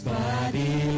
body